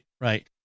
Right